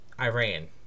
Iran